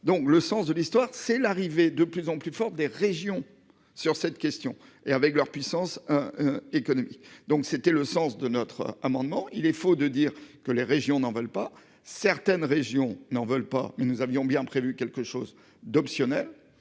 Donc, le sens de l'histoire, c'est l'arrivée de plus en plus forte des régions sur cette question et avec leur puissance. Économique, donc c'était le sens de notre amendement, il est faux de dire que les régions n'en veulent pas. Certaines régions n'en veulent pas, ils nous avions bien prévu quelque chose d'optionnel.